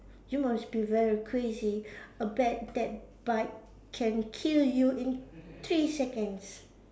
you must be very crazy a bat that bite can kill you in three seconds